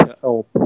help